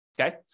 okay